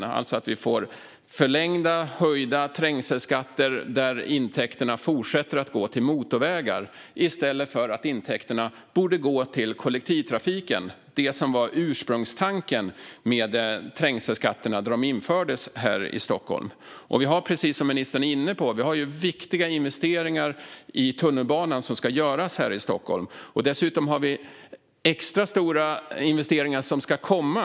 Det innebär att vi får förlängda höjda trängselskatter där intäkterna fortsätter att gå till motorvägar i stället för till kollektivtrafiken. Det var ursprungstanken med trängselskatterna när de infördes här i Stockholm. Vi har, precis som ministern är inne på, viktiga investeringar i tunnelbanan som ska göras här i Stockholm. Dessutom har vi extra stora investeringar som ska komma.